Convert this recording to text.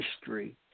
history